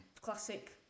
Classic